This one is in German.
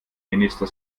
minister